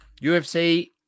UFC